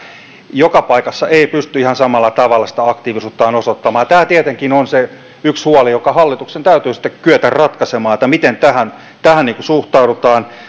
joka paikassa ei pysty ihan samalla tavalla sitä aktiivisuuttaan osoittamaan tämä tietenkin on se yksi huoli joka hallituksen täytyy sitten kyetä ratkaisemaan että miten tähän tähän suhtaudutaan